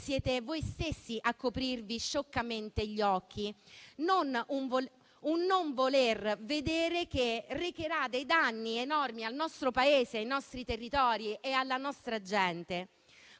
siete voi stessi a coprirvi scioccamente gli occhi; un non voler vedere, questo, che recherà dei danni enormi al nostro Paese, ai nostri territori e alla nostra gente.